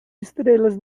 estrelas